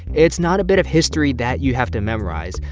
it's not a bit of history that you have to memorize.